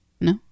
No